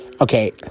Okay